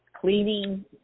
cleaning